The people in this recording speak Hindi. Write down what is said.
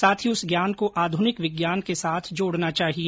साथ ही उस ज्ञान को आध्रनिक विज्ञान के साथ जोड़ना चाहिए